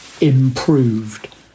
improved